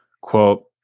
quote